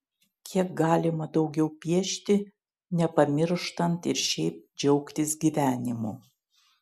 kiek galima daugiau piešti nepamirštant ir šiaip džiaugtis gyvenimu